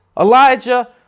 Elijah